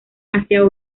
hacia